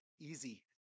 easy